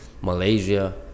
malaysia